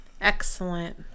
Excellent